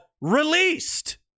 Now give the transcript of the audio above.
released